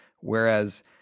Whereas